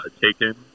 taken